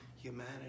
humanity